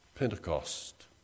Pentecost